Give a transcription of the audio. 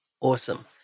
awesome